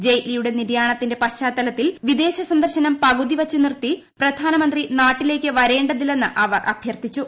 ജയ്റ്റ്ലിയുടെ നിര്യാണത്തിന്റെ പശ്ചാത്തലത്തിൽ വിദേശ സന്ദർശനം പകുതി വച്ച് നിർത്തി പ്രധാനമന്ത്രി നാട്ടിലേക്ക് വരേതില്ലെന്ന് അവർ അഭ്യർത്ഥിച്ചു